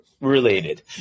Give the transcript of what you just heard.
related